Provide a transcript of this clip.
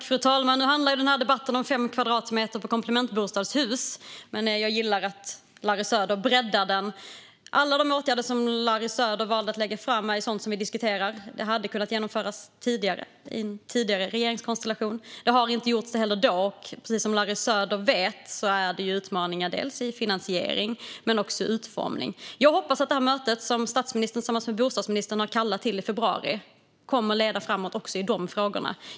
Fru talman! Nu handlar den här debatten om fem kvadratmeter i komplementbostadshus. Men jag gillar att Larry Söder breddar den. Alla de åtgärder som Larry Söder valde att ta upp är sådant som vi diskuterar. De hade kunnat genomföras med någon tidigare regeringskonstellation, men det gjordes inte då heller. Precis som Larry Söder vet finns det utmaningar vad gäller både finansiering och utformning. Jag hoppas att det möte i februari som statsministern tillsammans med bostadsministern har kallat till kommer att leda framåt också i de frågorna.